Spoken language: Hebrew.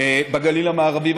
בגליל המערבי,